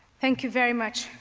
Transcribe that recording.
thank you very much,